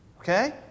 Okay